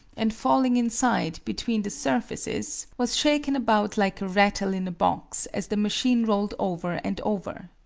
and falling inside, between the surfaces, was shaken about like a rattle in a box as the machine rolled over and over.